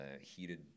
heated